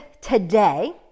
today